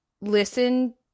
listen